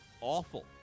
awful